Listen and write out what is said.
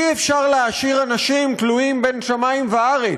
אי-אפשר להשאיר אנשים תלויים בין שמים וארץ,